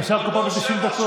ממש מפרכסים זה את זה.